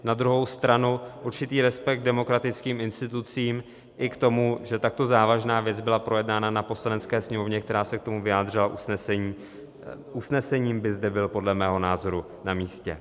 Na druhou stranu určitý respekt k demokratickým institucím i k tomu, že takto závažná věc byla projednána na Poslanecké sněmovně, která se k tomu vyjádřila usnesením, by byl podle mého názoru namístě.